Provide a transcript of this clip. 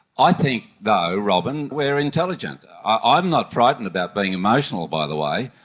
i think though, robyn, we are intelligent. i'm not frightened about being emotional, by the way,